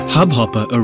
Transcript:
Hubhopper